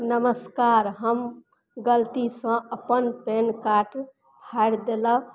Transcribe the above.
नमस्कार हम गलतीसँ अपन पैन कार्ड फाड़ि देलक